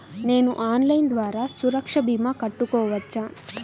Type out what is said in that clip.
నేను ఆన్లైన్ ద్వారా సురక్ష భీమా కట్టుకోవచ్చా?